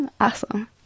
Awesome